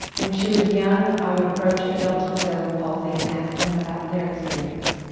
when she was young, i would approach adults with cerebral palsy and ask them about their experience.